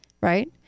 Right